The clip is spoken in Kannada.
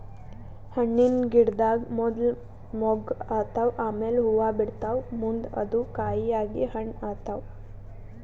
ಹಣ್ಣಿನ್ ಗಿಡದಾಗ್ ಮೊದ್ಲ ಮೊಗ್ಗ್ ಆತವ್ ಆಮ್ಯಾಲ್ ಹೂವಾ ಬಿಡ್ತಾವ್ ಮುಂದ್ ಅದು ಕಾಯಿ ಆಗಿ ಹಣ್ಣ್ ಆತವ್